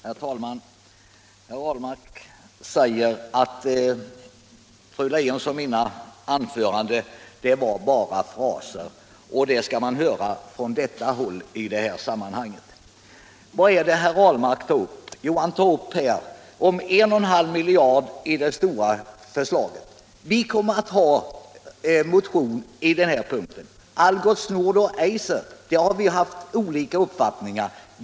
Herr talman! Herr Ahlmark säger att fru Leijons och mina anföranden var bara fraser — och sådant skall man höra från det hållet i det här sammanhanget! Vad är det herr Ahlmark tar upp? Jo, han talar om 1,5 miljarder i det stora förslaget. Vi kommer att ha en motion på den här punkten. Algots Nord och Eiser har vi haft olika uppfattningar om.